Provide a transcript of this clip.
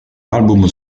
album